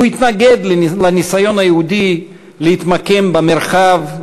הוא התנגד לניסיון היהודי להתמקם במרחב,